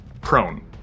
prone